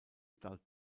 adult